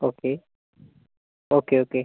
okay okay okay